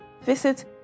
visit